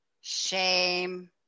shame